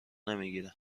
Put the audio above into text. نمیگیره